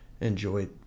enjoy